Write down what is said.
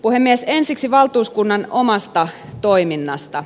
ensiksi valtuuskunnan omasta toiminnasta